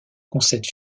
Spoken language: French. concède